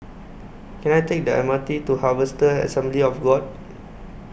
Can I Take The M R T to Harvester Assembly of God